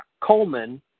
Coleman